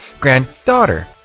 granddaughter